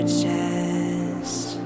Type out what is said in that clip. chest